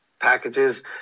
packages